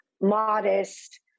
modest